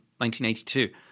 1982